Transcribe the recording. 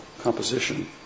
composition